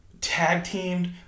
tag-teamed